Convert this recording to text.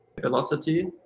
velocity